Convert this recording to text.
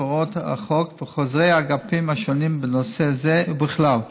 הוראות החוק וחוזרי האגפים השונים בנושא זה ובכלל.